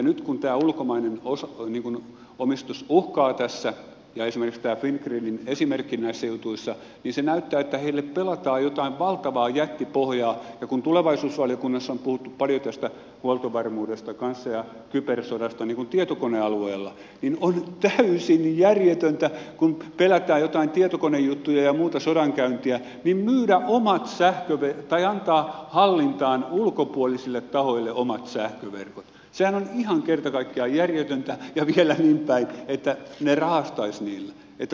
nyt kun tämä ulkomainen omistus uhkaa tässä ja esimerkiksi tämä fingridin esimerkki näissä jutuissa näyttää että heille pelataan jotain valtavaa jättipohjaa ja kun tulevaisuusvaliokunnassa on puhuttu paljon tästä huoltovarmuudesta kanssa ja kybersodasta tietokonealueella niin on täysin järjetöntä kun pelätään jotain tietokonejuttuja ja muuta sodankäyntiä myydä tai antaa hallintaan ulkopuolisille tahoille omat sähköverkot sehän on ihan kerta kaikkiaan järjetöntä ja vielä niin päin että ne rahastaisivat niillä